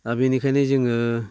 दा बेनिखायनो जोङो